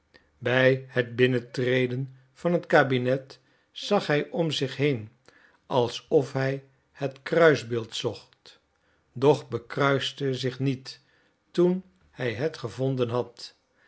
bij het binnentreden van het kabinet zag hij om zich heen alsof hij het kruisbeeld zocht doch bekruiste zich niet toen hij het gevonden had